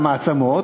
המעצמות,